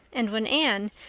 and when anne,